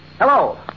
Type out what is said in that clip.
Hello